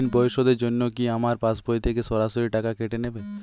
ঋণ পরিশোধের জন্য কি আমার পাশবই থেকে সরাসরি টাকা কেটে নেবে?